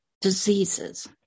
diseases